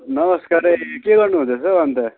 नमस्कार है के गर्नु हुँदैछ हो अन्त